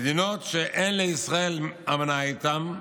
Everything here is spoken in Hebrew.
במדינות שאין לישראל אמנה איתן,